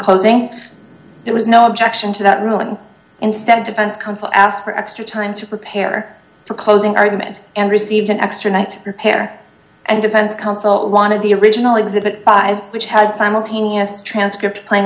there was no objection to that rule and instead defense counsel asked for extra time to prepare for closing argument and received an extra night to prepare and defense counsel wanted the original exhibit five which had simultaneous transcript playing